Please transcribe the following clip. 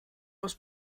aus